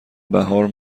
بهار